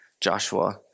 Joshua